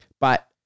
But-